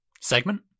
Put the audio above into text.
segment